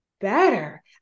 better